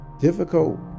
difficult